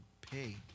pay